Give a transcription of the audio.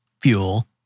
fuel